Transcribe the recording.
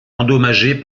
endommagée